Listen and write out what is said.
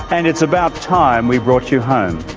and it's about time we brought you home.